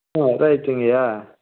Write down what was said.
ஆ ரைட்டுங்கைய்யா